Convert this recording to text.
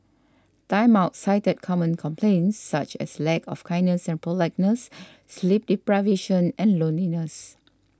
Time Out cited common complaints such as lack of kindness and politeness sleep deprivation and loneliness